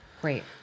great